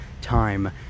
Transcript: time